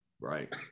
Right